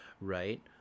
right